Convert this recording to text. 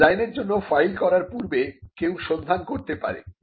ডিজাইনের জন্য ফাইল করার পূর্বে কেউ সন্ধান করতে পারে